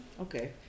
Okay